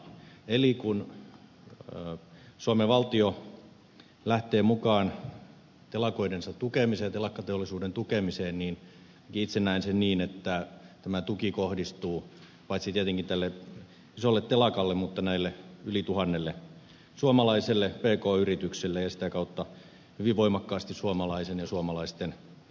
eli kun suomen valtio lähtee mukaan telakoidensa tukemiseen ja telakkateollisuuden tukemiseen niin itse näen sen niin että tämä tuki kohdistuu paitsi tietenkin tälle isolle telakalle mutta myös näille yli tuhannelle suomalaiselle pk yritykselle ja sitä kautta hyvin voimakkaasti suomalaisten työllistämiseen